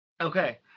Okay